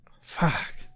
Fuck